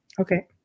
Okay